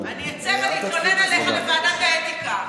ולקבוע תנאים להפגנות גם בתקופת הקורונה.